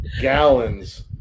gallons